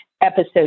episode